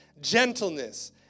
gentleness